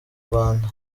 rwanda